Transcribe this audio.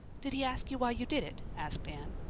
did he ask you why you did it? asked anne.